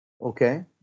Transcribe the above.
Okay